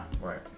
Right